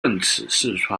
四川